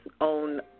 own